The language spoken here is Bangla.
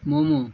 মোমো